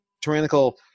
tyrannical